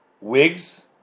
wigs